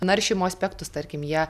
naršymo aspektus tarkim jie